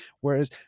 Whereas